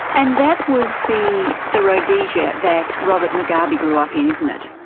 and that was the the rhodesia that robert mugabe grew up in, isn't it?